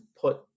put